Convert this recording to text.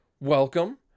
welcome